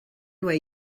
way